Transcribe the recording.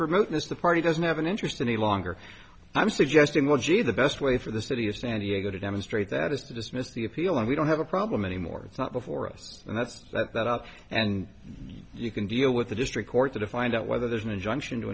remoteness the party doesn't have an interest in the longer i'm suggesting well gee the best way for the city of san diego to demonstrate that is to dismiss the appeal and we don't have a problem in more it's not before us that's like that up and you can deal with the district court to find out whether there's an injunction to